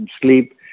sleep